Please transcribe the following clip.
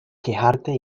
quejarte